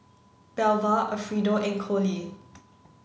Belva Alfredo and Coley